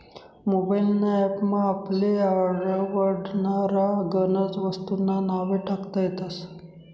mobile ना app मा आपले आवडनारा गनज वस्तूंस्ना नावे टाकता येतस